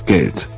Geld